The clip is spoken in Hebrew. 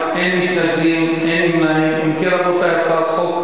(איסור פרסום, מודעת תמיכה בבעל תפקיד ציבורי),